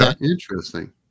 Interesting